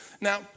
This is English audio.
Now